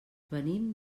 venim